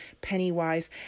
Pennywise